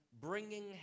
bringing